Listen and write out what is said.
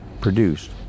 produced